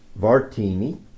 Vartini